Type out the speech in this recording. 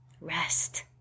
Rest